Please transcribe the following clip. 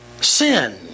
sin